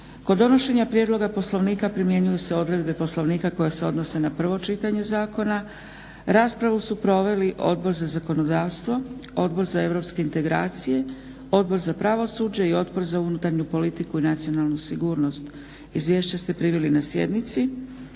Kod donošenja prijedloga Poslovnika koje se odnose na prvo čitanje zakona. raspravu su proveli Odbor za zakonodavstvo, Odbor za europske integracije, Odbor za pravosuđe i Odbor za unutarnju politiku i nacionalnu sigurnost. Izvješća ste primili na sjednici.